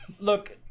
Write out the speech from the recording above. look